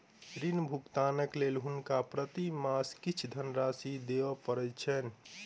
ऋण भुगतानक लेल हुनका प्रति मास किछ धनराशि दिअ पड़ैत छैन